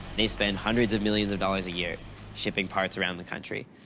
they spend hundreds of millions of dollars a year shipping parts around the country.